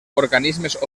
organismes